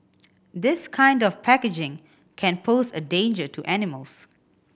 this kind of packaging can pose a danger to animals